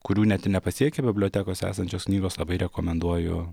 kurių net ir nepasiekia bibliotekose esančios knygos labai rekomenduoju